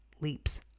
leaps